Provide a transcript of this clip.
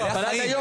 עד היום